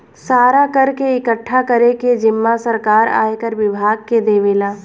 सारा कर के इकठ्ठा करे के जिम्मा सरकार आयकर विभाग के देवेला